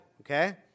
okay